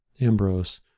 Ambrose